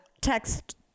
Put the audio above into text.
text